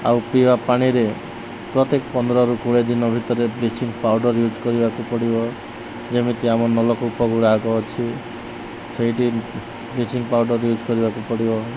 ଆଉ ପିଇବା ପାଣିରେ ପ୍ରତ୍ୟେକ ପନ୍ଦରରୁ କୋଡ଼ିଏ ଦିନ ଭିତରେ ବ୍ଲିଚିଙ୍ଗ ପାଉଡ଼ର୍ ୟୁଜ୍ କରିବାକୁ ପଡ଼ିବ ଯେମିତି ଆମ ନଳକୂପ ଗଡ଼ ଆଗ ଅଛି ସେଇଠି ବ୍ଲିଚିଙ୍ଗ ପାଉଡ଼ର୍ ୟୁଜ୍ କରିବାକୁ ପଡ଼ିବ